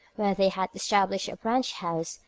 where they had established a branch house,